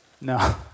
No